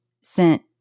sent